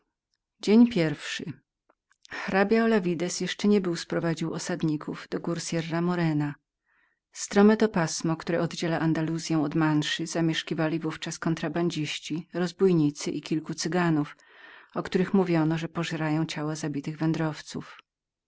dzień pierwszy hrabia olavidz jeszcze nie był sprowadził osadników do gór sierra morena strome to pasmo które oddziela andaluzyą od manszy zamieszkiwali w ówczas kontrabandziści rozbójnicy i kilku cyganów o których mówiono że pożerali ciała zabitych wędrowców